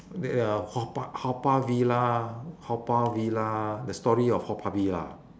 ya haw par haw par villa haw par villa the story of haw par villa